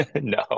No